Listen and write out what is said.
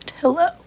Hello